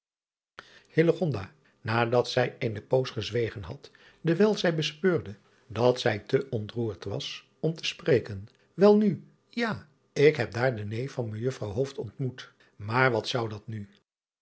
nadat zij eene poos gezwegen had dewijl zij bespeurde dat zij te ontroerd was om te spreken elnu ja ik heb daar den neef van ejuffrouw ontmoet maar wat zou dat nu